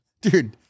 Dude